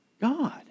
God